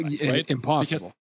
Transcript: Impossible